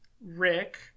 rick